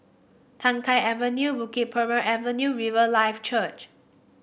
Tai Keng Avenue Bukit Purmei Avenue Riverlife Church